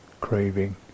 craving